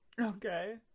Okay